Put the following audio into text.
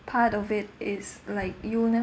part of it is like you'll never